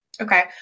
Okay